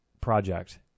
project